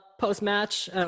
post-match